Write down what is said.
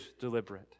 deliberate